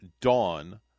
dawn